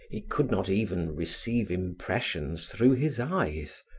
he could not even receive impressions through his eyes.